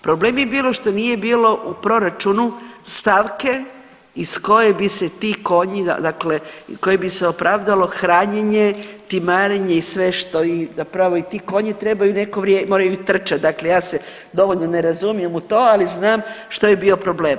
Problem je bilo što nije bilo u proračunu stavke iz koje bi se ti konji, dakle koji bi se opravdalo hranjenje, timarenje i sve što i zapravo i ti konji trebaju neko .../nerazumljivo/... moraju trčati, dakle ja se dovoljno ne razumijem u to, ali znam što je bio problem.